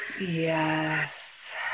yes